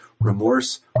Remorse